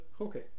okay